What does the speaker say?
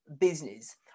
business